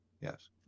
yes